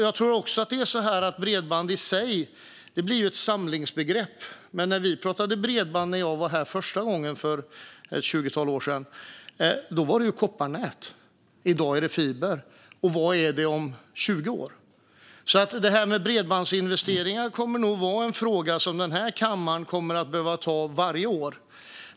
Jag tror också att bredband i sig blir ett samlingsbegrepp. Men när vi pratade bredband när jag var här första gången för ett tjugotal år sedan, då var det kopparnät. I dag är det fiber. Vad är det om 20 år? Det här med bredbandsinvesteringar kommer nog att vara en fråga som den här kammaren kommer att behöva ta upp varje år.